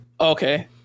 Okay